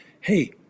hey